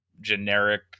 generic